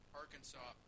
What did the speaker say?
arkansas